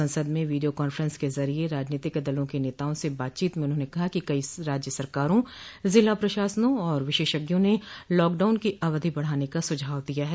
संसद में video conference के जरिये राजनीतिक दलों क नेताओं से बातचीत म उन्होंने कहा कि कई राज्य सरकारों जिला प्रशासनों और विशेषज्ञों ने लॉकडाउन की अवधि बढ़ाने का सुझाव दिया है